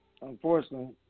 unfortunately